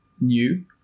new